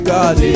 God